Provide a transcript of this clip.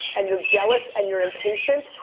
and you're jealous, and you're impatient,